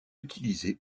utilisé